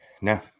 No